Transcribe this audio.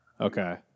Okay